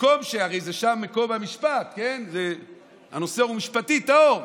הרי שם ייקוב המשפט, הנושא הוא משפטי טהור,